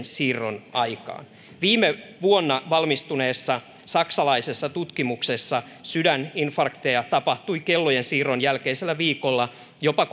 siirron aikaan viime vuonna valmistuneessa saksalaisessa tutkimuksessa sydäninfarkteja tapahtui kellojen siirron jälkeisellä viikolla jopa